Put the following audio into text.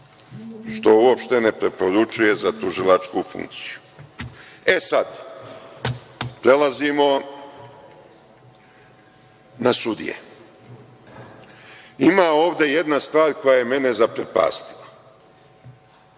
što uopšte ne preporučuje za tužilačku funkciju. Sada prelazimo na sudije. Ima ovde jedna stvar koja je mene zaprepastila